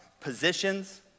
positions